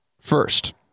first